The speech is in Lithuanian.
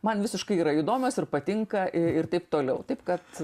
man visiškai yra įdomios ir patinka ir taip toliau taip kad